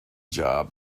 job